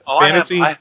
Fantasy